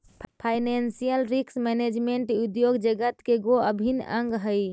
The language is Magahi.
फाइनेंशियल रिस्क मैनेजमेंट उद्योग जगत के गो अभिन्न अंग हई